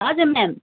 हजुर म्याम